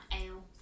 ale